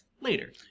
Later